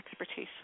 expertise